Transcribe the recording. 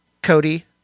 Cody